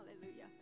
Hallelujah